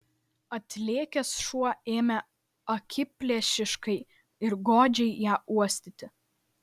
atlėkęs šuo ėmė akiplėšiškai ir godžiai ją uostyti